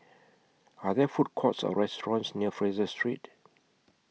Are There Food Courts Or restaurants near Fraser Street